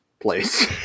place